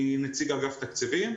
אני נציג אגף תקציבים.